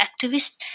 activists